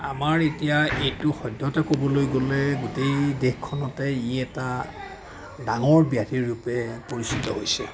আমাৰ এতিয়া এইটো সদ্যহতে ক'বলৈ গ'লে গোটেই দেশখনতে ই এটা ডাঙৰ ব্যাধি ৰূপে পৰিচিত হৈছে